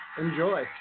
Enjoy